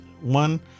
one